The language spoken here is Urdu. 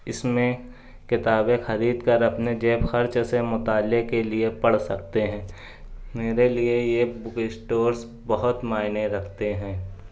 اس میں کتابیں خرید کر اپنے جیب خرچ سے مطالعے کے لئے پڑھ سکتے ہیں میرے لئے یہ بک اسٹورس بہت معنے رکھتے ہیں